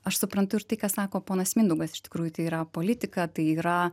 aš suprantu ir tai ką sako ponas mindaugas iš tikrųjų tai yra politika tai yra